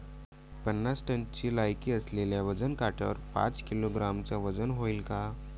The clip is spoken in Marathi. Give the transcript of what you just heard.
पन्नास टनची लायकी असलेल्या वजन काट्यावर पाच किलोग्रॅमचं वजन व्हईन का?